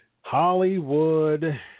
Hollywood